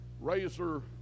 razor